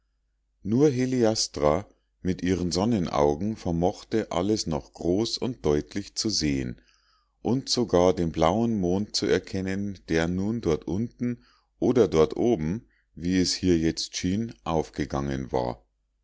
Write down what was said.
nur heliastra mit ihren sonnenaugen vermochte noch alles groß und deutlich zu sehen und sogar den blauen mond zu erkennen der nun dort unten oder dort oben wie es hier jetzt schien aufgegangen war